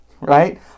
Right